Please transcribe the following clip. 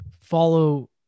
follow